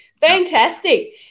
fantastic